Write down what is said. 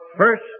first